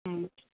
हं